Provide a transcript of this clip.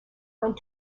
went